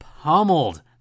pummeled